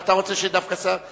אתה רוצה שדווקא שר השיכון?